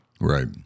right